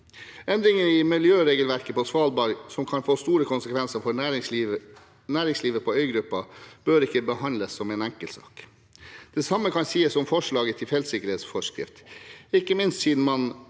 Endringer i miljøregelverket på Svalbard som kan få store konsekvenser for næringslivet på øygruppen, bør ikke behandles som en enkeltsak. Det samme kan sies om forslaget til feltsikkerhetsforskrift,